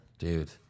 Dude